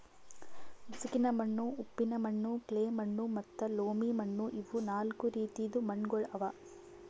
ಉಸುಕಿನ ಮಣ್ಣು, ಉಪ್ಪಿನ ಮಣ್ಣು, ಕ್ಲೇ ಮಣ್ಣು ಮತ್ತ ಲೋಮಿ ಮಣ್ಣು ಇವು ನಾಲ್ಕು ರೀತಿದು ಮಣ್ಣುಗೊಳ್ ಅವಾ